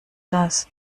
das